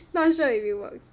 not sure if it works